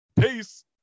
Peace